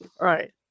right